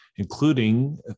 including